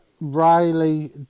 Riley